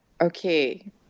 okay